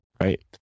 Right